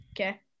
Okay